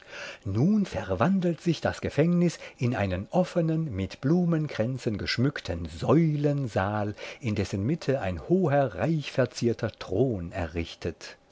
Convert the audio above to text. nun verwandelt sich das gefängnis in einen offnen mit blumenkränzen geschmückten säulensaal in dessen mitte ein hoher reichverzierter thron errichtet